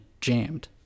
jammed